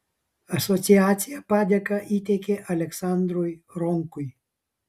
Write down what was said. asociacija padėką įteikė aleksandrui ronkui